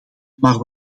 maar